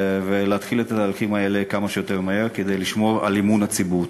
ולהתחיל את ההליכים האלה כמה שיותר מהר כדי לשמור על אמון הציבור.